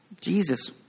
Jesus